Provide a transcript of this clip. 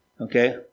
Okay